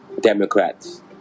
Democrats